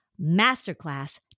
Masterclass